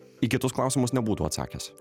į kitus klausimus nebūtų atsakęs